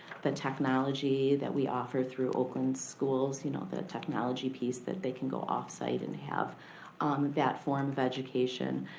the technology that we offer through oakland schools, you know, that technology piece that they can go off-site and have um that form of education.